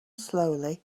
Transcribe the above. slowly